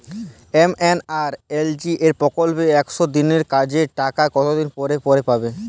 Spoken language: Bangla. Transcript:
এম.এন.আর.ই.জি.এ প্রকল্পে একশ দিনের কাজের টাকা কতদিন পরে পরে পাব?